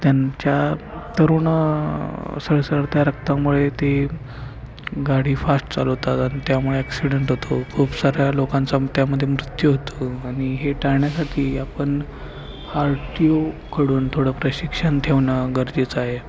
त्यांच्या तरुण सळसळत्या रक्तामुळे ते गाडी फाश्ट चालवतात आणि त्यामुळे ॲक्सिडेंट होतो खूप साऱ्या लोकांचा त्यामध्ये मृत्यू होतो आणि हे टाळण्यासाठी आपण आर टी ओकडून थोडं प्रशिक्षण ठेवणं गरजेचं आहे